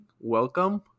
Welcome